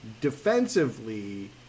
defensively